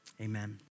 Amen